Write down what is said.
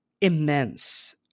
immense